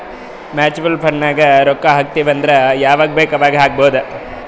mutual fund ನಾಗ್ ರೊಕ್ಕಾ ಹಾಕ್ತಿವ್ ಅಂದುರ್ ಯವಾಗ್ ಬೇಕ್ ಅವಾಗ್ ಹಾಕ್ಬೊದ್